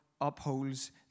upholds